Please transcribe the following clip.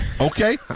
Okay